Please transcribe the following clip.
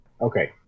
Okay